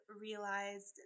realized